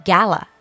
Gala